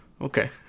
okay